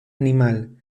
animal